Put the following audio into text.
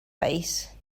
base